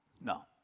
no